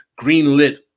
greenlit